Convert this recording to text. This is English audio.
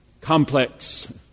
complex